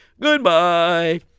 Goodbye